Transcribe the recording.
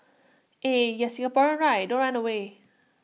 eh yeah Singaporean right don't run away